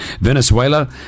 Venezuela